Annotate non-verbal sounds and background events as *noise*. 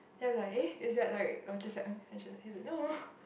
then I was like eh is that like Luo-Zhi-Xiang uh and she's he's like no *breath*